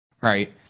right